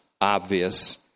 obvious